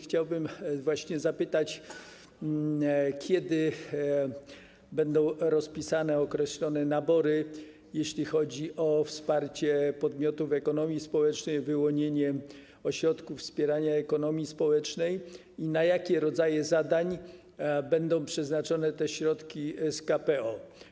Chciałbym zapytać, kiedy będą rozpisane, określone nabory, jeśli chodzi o wsparcie podmiotów ekonomii społecznej, wyłonienie ośrodków wspierania ekonomii społecznej i na jakie rodzaje zadań będą przeznaczone te środki z KPO.